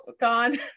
gone